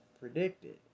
predicted